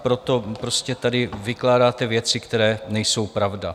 Proto prostě tady vykládáte věci, které nejsou pravda.